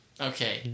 Okay